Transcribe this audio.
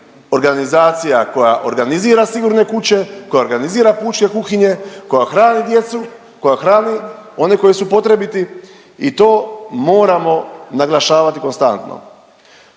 koja organizira sigurne kuće, koja organizira pučke kuhinje, koja hrani djecu, koja hrani one koji su potrebiti i to moramo naglašavati konstantno.